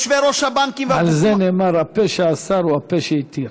על זה נאמר: הפה שאסר הוא הפה שהתיר.